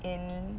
in